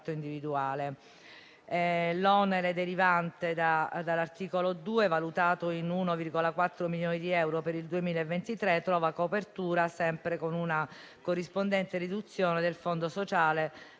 L'onere derivante dall'articolo 2, valutato in 1,4 milioni di euro per il 2023, trova copertura sempre con una corrispondente riduzione del Fondo sociale